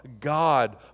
God